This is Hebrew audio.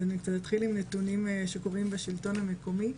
אז אני קצת אתחיל עם נתונים שקורים בשלטון המקומי.